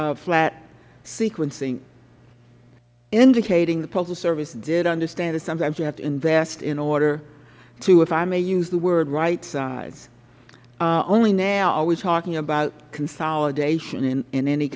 about flat sequencing indicating the postal service did understand that sometimes you have to invest in order to if i may use the word right size only now are we talking about consolidation in